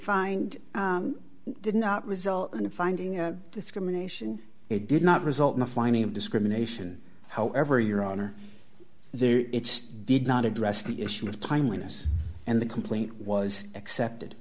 find did not result in finding a discrimination it did not result in a finding of discrimination however your honor there it's did not address the issue of timeliness and the complaint was accepted